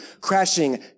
crashing